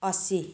असी